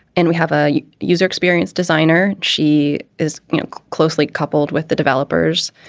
and we have a user experience designer. she is closely coupled with the developers.